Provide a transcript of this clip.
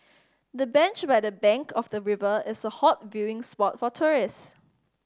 the bench by the bank of the river is a hot viewing spot for tourist